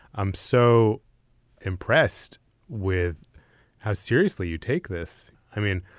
i'm so impressed with how seriously you take this. i mean,